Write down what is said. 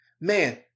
Man